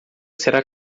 será